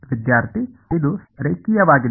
ವಿದ್ಯಾರ್ಥಿ ಇದು ರೇಖೀಯವಾಗಿದೆ